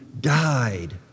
died